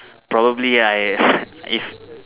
probably I if